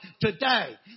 today